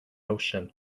ocean